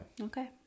Okay